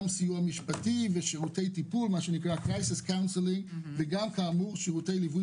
סיוע משפטי ושירותי טיפול וכן שירותי ליווי